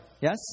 yes